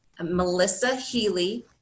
MelissaHealy